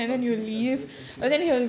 okay okay okay